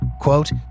quote